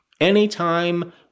anytime